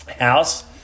house